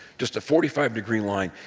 just the forty five degree line.